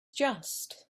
just